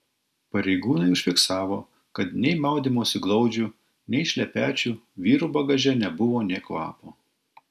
pareigūnai užfiksavo kad nei maudymosi glaudžių nei šlepečių vyrų bagaže nebuvo nė kvapo